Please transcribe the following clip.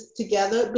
together